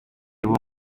b’uwo